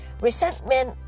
resentment